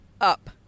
Up